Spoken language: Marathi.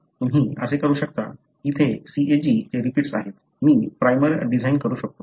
तुम्ही असे करू शकता इथे CAG चे रिपीट्स आहेत मी प्राइमर डिझाइन करू शकतो आणि PCR करू शकतो